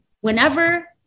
Whenever